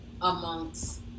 amongst